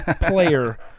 player